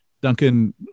Duncan